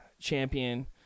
Champion